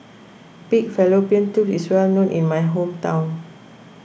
Pig Fallopian Tubes is well known in my hometown